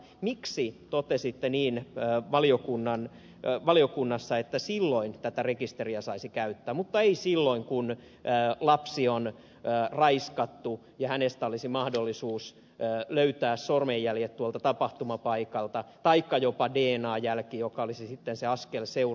miksi papesitte niin että valiokunnan päävaliokunnassa että silloin tätä rekisteriä saisi käyttää mutta ei silloin kun lapsi on raiskattu ja hänestä olisi mahdollisuus löytää sormenjäljet tuolta tapahtumapaikalta taikka jopa dna jälki joka olisi sitten se askel eteenpäin